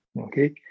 Okay